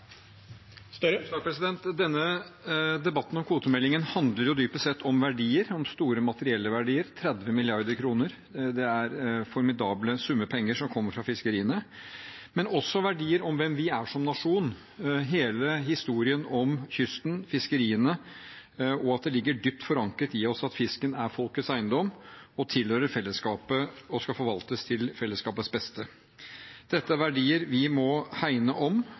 Denne debatten om kvotemeldingen handler dypest sett om verdier, om store materielle verdier – 30 mrd. kr, det er formidable summer penger som kommer fra fiskeriene – men også verdier som handler om hvem vi er som nasjon, hele historien om kysten, fiskeriene og at det ligger dypt forankret i oss at fisken er folkets eiendom og tilhører fellesskapet og skal forvaltes til fellesskapets beste. Dette er verdier vi må hegne om.